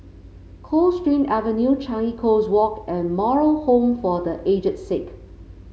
Coldstream Avenue Changi Coast Walk and Moral Home for The Aged Sick